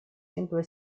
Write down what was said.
simply